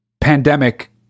pandemic